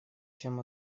чем